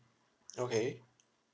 okay